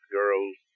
girl's